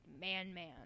Man-Man